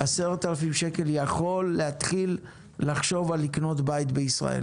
10,000 שקל יכול להתחיל לחשוב על לקנות בית בישראל,